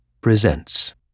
PRESENTS